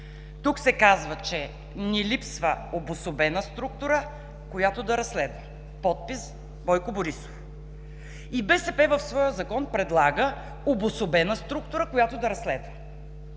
Тук се казва, че „ни липсва обособена структура, която да разследва“. Подпис: Бойко Борисов. И БСП в своя Законопроект предлага обособена структура, която да разследва.